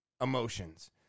emotions